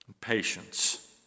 Patience